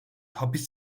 hapis